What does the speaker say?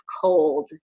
cold